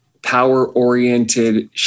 power-oriented